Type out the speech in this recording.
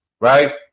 right